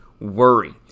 worry